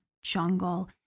Jungle